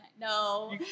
No